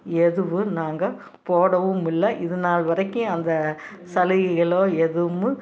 எதுவும் நாங்கள் போடவும் இல்லை இதுநாள் வரைக்கும் அந்த சலுகைகளோ எதுவும்